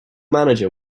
manager